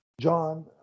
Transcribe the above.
John